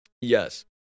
Yes